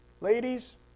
ladies